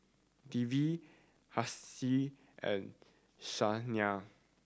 Devi Haresh and Saina